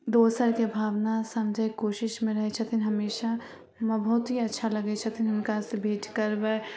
दोसरके भावना समझैके कोशिशमे रहै छथिन हमेशा हमरा बहुत ही अच्छा लागै छथिन हुनकासँ भेँट करबै